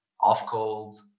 off-cold